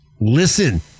Listen